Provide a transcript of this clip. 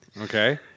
Okay